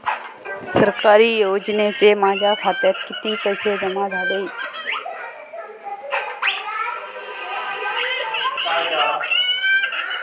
सरकारी योजनेचे माझ्या खात्यात किती पैसे जमा झाले?